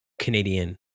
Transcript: Canadian